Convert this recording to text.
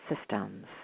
systems